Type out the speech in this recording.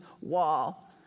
wall